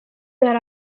there